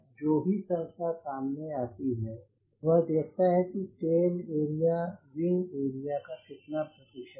जो भी संख्या सामने आती है वह देखता है कि टेल एरिया विंग एरिया का कितना प्रतिशत है